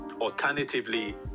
alternatively